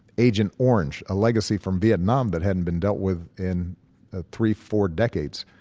agent orange, a legacy from vietnam that hadn't been dealt with in ah three, four decades.